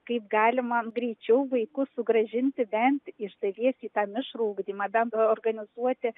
kaip galima greičiau vaikus sugrąžinti bent iš dalies į tą mišrų ugdymą bendrai organizuoti